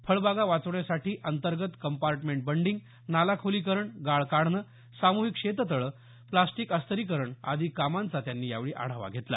फळबागां वाचवण्यासाठी अंतर्गत compartment bunding नाला खोलीकरण गाळ काढणे साम्हिक शेततळे प्रास्टीक अस्तरीकरण आदि कामांचा त्यांनी यावेळी आढावा घेतला